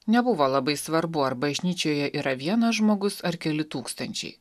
nebuvo labai svarbu ar bažnyčioje yra vienas žmogus ar keli tūkstančiai